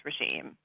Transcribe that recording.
regime